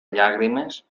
llàgrimes